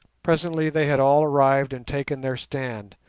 presently they had all arrived and taken their stand,